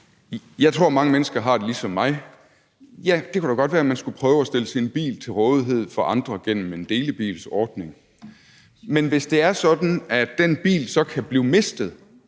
Jeg tror, mange mennesker har det ligesom mig: Ja, det kunne da godt være, man skulle prøve at stille sin bil til rådighed for andre gennem en delebilsordning. Men hvis det er sådan, at man så kan miste